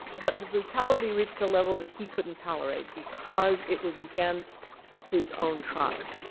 but the brutality reached a level that he couldn't tolerate, because it was against his own tribe.